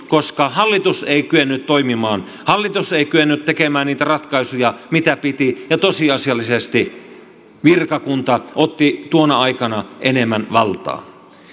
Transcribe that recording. koska hallitus ei kyennyt toimimaan hallitus ei kyennyt tekemään niitä ratkaisuja mitä piti ja tosiasiallisesti virkakunta otti tuona aikana enemmän valtaa